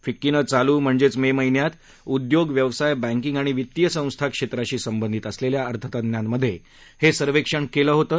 फिक्कीनं चालू म्हणजेच मे महिन्यात उद्योग व्यवसाय बँकींग आणि वित्तीय संस्था क्षेत्रांशी संबंधीत असलेल्या अर्थतज्ञांमध्ये हे सर्वेक्षण केलं होतं